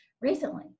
recently